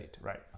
right